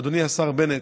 אדוני השר בנט,